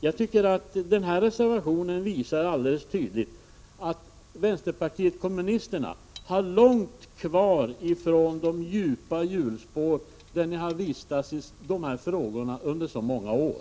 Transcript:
Jag tycker att reservation 3 visar alldeles tydligt att vänsterpartiet kommunisterna i de här frågorna ännu är kvar i de djupa hjulspår där ni har vistats under så många år.